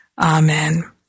Amen